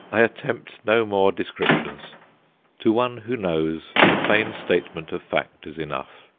i attempt no more descriptions to one who knows, the plain statement of fact is enough,